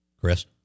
Chris